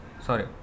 Sorry